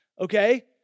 okay